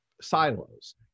silos